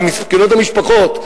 כי מסכנות המשפחות.